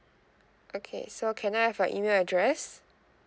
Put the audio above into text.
okay so can I have your email address